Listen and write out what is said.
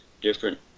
different